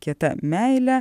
kieta meile